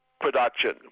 production